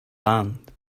land